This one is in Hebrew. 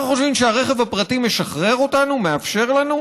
אנחנו חושבים שהרכב הפרטי משחרר אותנו, מאפשר לנו,